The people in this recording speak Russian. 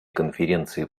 конференции